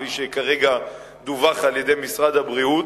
כפי שכרגע דווח על-ידי משרד הבריאות,